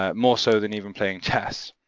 ah more so than even playing chess.